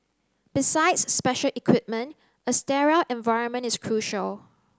besides special equipment a sterile environment is crucial